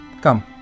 Come